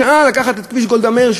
שעה לוקח כביש גולדה מאיר,